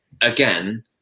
again